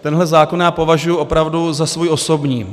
Tenhle zákon považuji opravdu za svůj osobní.